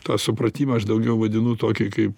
tą supratimą aš daugiau vadinu tokį kaip